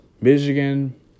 Michigan